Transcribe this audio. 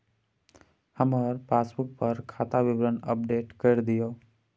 हमर पासबुक पर खाता विवरण अपडेट कर दियो